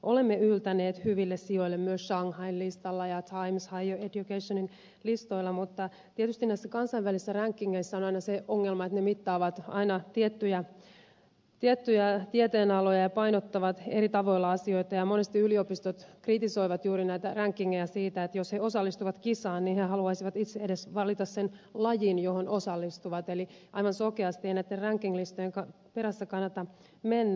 olemme yltäneet hyville sijoille myös shanghain listalla ja times higher educationin listoilla mutta tietysti näissä kansainvälisissä rankingeissa on aina se ongelma että ne mittaavat aina tiettyjä tieteenaloja ja painottavat eri tavoilla asioita ja monesti yliopistot kritisoivat juuri näitä rankingeja siitä että jos ne osallistuvat kisaan niin ne haluaisivat itse edes valita sen lajin johon osallistuvat eli aivan sokeasti ei näitten ranking listojen perässä kannata mennä